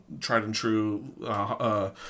tried-and-true